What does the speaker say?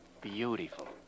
Beautiful